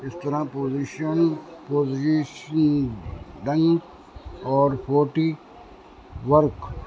اس طرح position positioning اور forty work